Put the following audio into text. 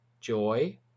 joy